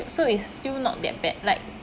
so it's still not that bad like